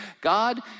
God